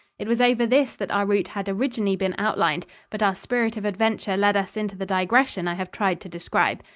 it was over this that our route had originally been outlined, but our spirit of adventure led us into the digression i have tried to describe.